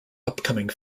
upcoming